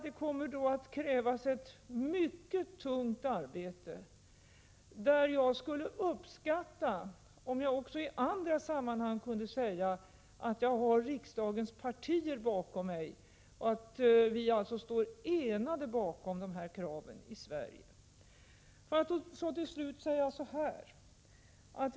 Det kommer att krävas ett mycket tungt arbete, och jag skulle uppskatta om jag också i andra sammanhang kunde säga att jag har 73 riksdagens partier bakom mig och att vi står enade i Sverige bakom de här kraven.